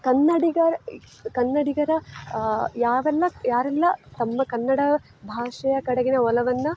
ಕನ್ನಡಿಗರ ಕನ್ನಡಿಗರ ಯಾವೆಲ್ಲ ಯಾರೆಲ್ಲ ತಮ್ಮ ಕನ್ನಡ ಭಾಷೆಯ ಕಡೆಗಿನ ಒಲವನ್ನು